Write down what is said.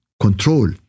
control